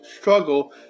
struggle